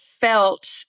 felt